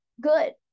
good